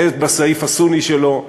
והן בסעיף הסוני שלו,